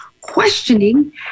questioning